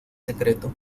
secreto